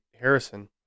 Harrison